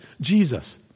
Jesus